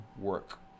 work